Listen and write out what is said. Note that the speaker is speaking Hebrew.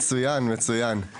מצוין, מצוין.